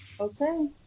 okay